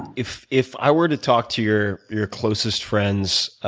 if if i were to talk to your your closest friends,